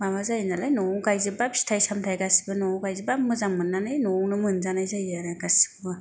माबा जायो नालाय न'आवनो गायजोबबा फिथाय सामथाय न'वाव गायजोबबा मोजां मोननानै न'आवनो मोनजानाय जायो आरो गासिखौबो